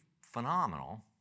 phenomenal